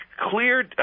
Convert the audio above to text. clear